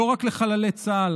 לא רק לחללי צה"ל,